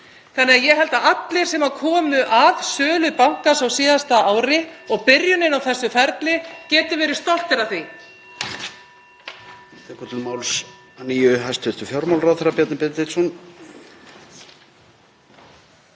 Þannig að ég held að allir sem komu að sölu bankans á síðasta ári og byrjuninni á þessu ferli geti verið stoltir af því.